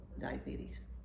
diabetes